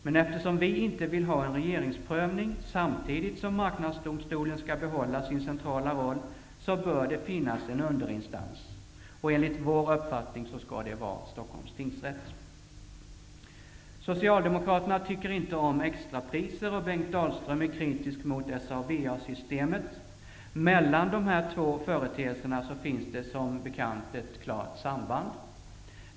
Men eftersom vi inte vill ha en regeringsprövning, samtidigt som Marknadsdomstolen skall behålla sin centrala roll, bör det finnas en underinstans. Enligt vår uppfattning skall det vara Stockholms tingsrätt. Socialdemokraterna tycker inte om extrapriser, och Bengt Dalström är kritisk mot SA/VA-systemet. Mellan de här två företeelserna finns det, som bekant, ett klart samband.